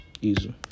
easy